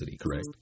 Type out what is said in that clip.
correct